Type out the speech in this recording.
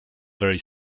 very